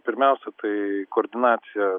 pirmiausia tai koordinacija